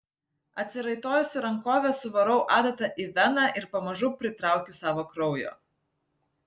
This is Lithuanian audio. atsiraitojusi rankovę suvarau adatą į veną ir pamažu pritraukiu savo kraujo